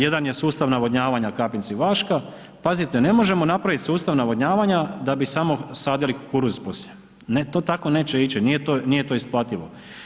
Jedan je sustav navodnjavanja Kapinci – Vaška, pazite ne možemo napraviti sustav navodnjavanja da bi samo sadili kukuruz poslije, ne to tako neće ići, nije to isplativo.